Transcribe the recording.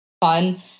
fun